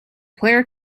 player